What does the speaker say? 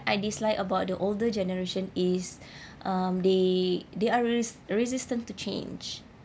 I dislike about the older generation is um they they are res~ resistant to change